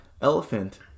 Elephant